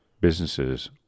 businesses